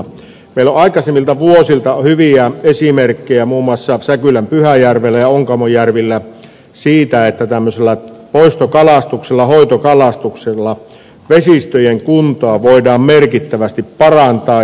meillä on aikaisemmilta vuosilta hyviä esimerkkejä muun muassa säkylän pyhäjärvellä ja onkamojärvellä siitä että tämmöisillä poistokalastuksilla hoitokalastuksilla vesistöjen kuntoa voidaan merkittävästi parantaa